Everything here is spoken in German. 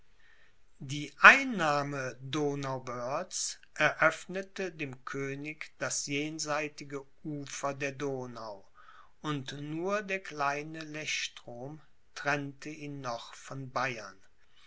die einnahme donauwörths öffnete dem könig das jenseitige ufer der donau und nur der kleine lechstrom trennte ihn noch von bayern